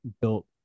built